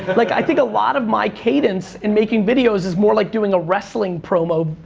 but like, i think a lot of my cadence in making videos is more like doing a wrestling promo,